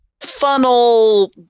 funnel